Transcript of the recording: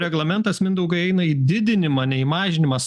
reglamentas mindaugai eina į didinimą ne į mažinimą